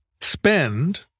spend